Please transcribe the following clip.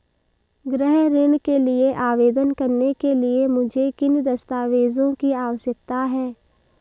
गृह ऋण के लिए आवेदन करने के लिए मुझे किन दस्तावेज़ों की आवश्यकता है?